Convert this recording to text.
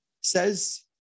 says